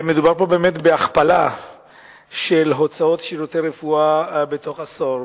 מדובר פה בהכפלה של הוצאות על שירותי רפואה בתוך עשור.